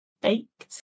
baked